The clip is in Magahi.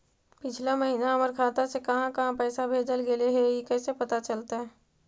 पिछला महिना हमर खाता से काहां काहां पैसा भेजल गेले हे इ कैसे पता चलतै?